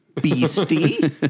Beastie